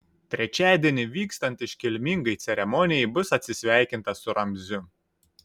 trečiadienį vykstant iškilmingai ceremonijai bus atsisveikinta su ramziu